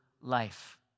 life